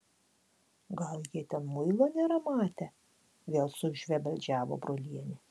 gal jie ten muilo nėra matę vėl sušvebeldžiavo brolienė